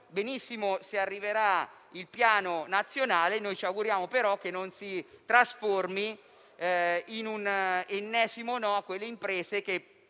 benissimo se arriverà il Piano nazionale, ma ci auguriamo che questa misura non si trasformi in un ennesimo no a quelle imprese che